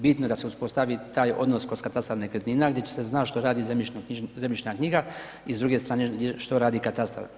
Bitno je da se uspostavi taj odnos kroz katastar nekretnina gdje će se znat što radi zemljišna knjiga i s druge strane što radi katastar.